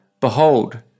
Behold